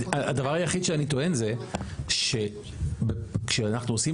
הדבר היחיד שאני טוען זה שכשאנחנו עושים